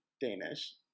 Danish